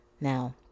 Now